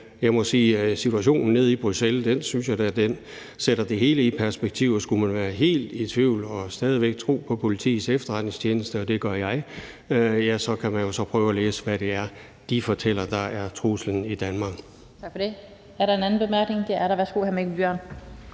jeg synes, at situationen nede i Bruxelles sætter det hele i perspektiv, og skulle man være helt i tvivl og stadig væk tro på Politiets Efterretningstjeneste, og det gør jeg, så kan man jo prøve at læse, hvad det er, de fortæller der er truslen i Danmark. Kl. 18:19 Den fg. formand (Annette Lind): Tak for det. Er der en anden